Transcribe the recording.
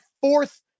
fourth